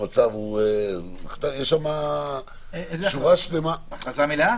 יש שמה שורה שלמה --- הכרזה מלאה?